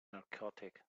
narcotic